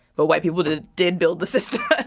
but white people did did build the system,